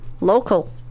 local